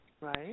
Right